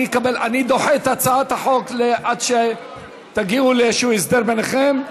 אני דוחה את הצעת החוק עד שתגיעו לאיזשהו הסדר ביניכם.